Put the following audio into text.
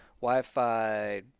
Wi-Fi